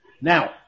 Now